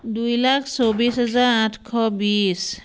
দুই লাখ চৌব্বিছ হাজাৰ আঠশ বিছ